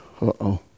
uh-oh